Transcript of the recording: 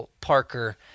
Parker